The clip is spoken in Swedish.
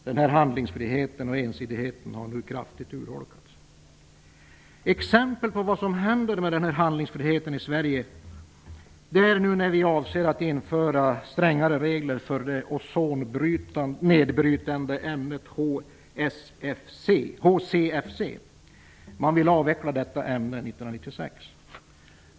Denna handlingsfrihet och ensidighet har nu kraftigt urholkats. Ett exempel på vad som händer med handlingsfriheten i Sverige är det som händer när vi nu avser att införa strängare regler för det ozonnedbrytande ämnet HCFC. Man vill avveckla detta ämne 1996.